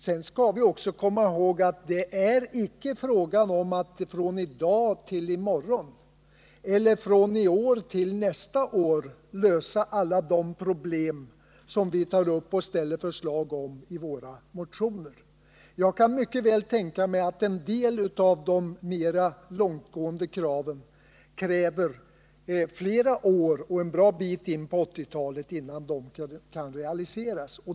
Sedan skall vi också komma ihåg att det inte är fråga om att från i dag till i morgon, eller från i år till nästa år, lösa alla de problem som vi tar upp och lägger fram förslag om i våra motioner. Jag kan mycket väl tänka mig att det beträffande en del av våra krav kan gå flera år, att vi kan komma en bra bit in på 1980-talet, innan de kan realiseras.